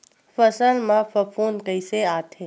फसल मा फफूंद कइसे आथे?